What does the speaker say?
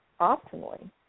optimally